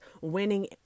winning